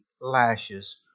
lashes